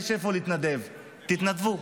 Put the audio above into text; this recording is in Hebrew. יש איפה להתנדב, תתנדבו.